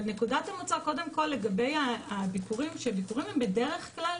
אבל נקודת המוצא לגבי הביקורים היא שבדרך כלל